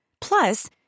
Plus